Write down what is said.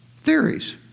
theories